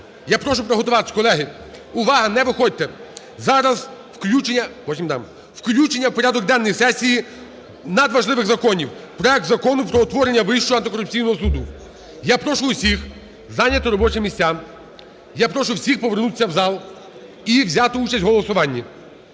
Я прошу приготуватись, колеги. Увага, не виходьте. Зараз включення в порядок денний сесії надважливих законів. Проект Закону про утворення Вищого антикорупційного суду. Я прошу усіх зайняти робочу місця. Я прошу всіх повернутись в зал і взяти участь в голосуванні.